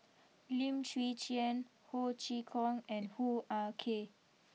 Lim Chwee Chian Ho Chee Kong and Hoo Ah Kay